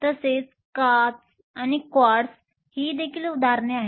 तसेच काच आणि क्वार्ट्ज आहेत